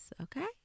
okay